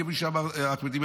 כמו שאמר אחמד טיבי,